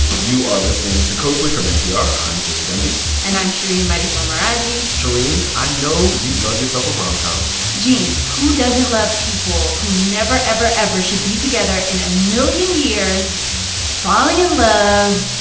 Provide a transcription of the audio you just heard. you are listening to code switch from npr. i'm gene demby and i'm shereen marisol meraji shereen, i know you love yourself a rom-com gene, who doesn't love people who never, ever, ever should be together in a million years falling in love?